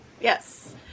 Yes